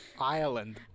Ireland